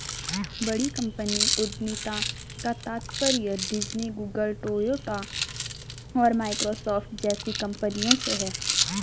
बड़ी कंपनी उद्यमिता का तात्पर्य डिज्नी, गूगल, टोयोटा और माइक्रोसॉफ्ट जैसी कंपनियों से है